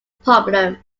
problem